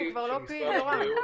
הוא כבר לא פיל, יורם.